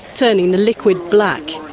turning the liquid black.